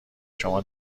شما